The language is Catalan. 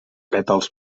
pètals